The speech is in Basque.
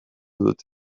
dute